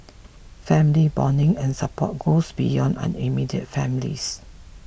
family bonding and support goes beyond our immediate families